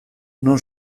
non